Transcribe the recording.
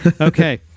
Okay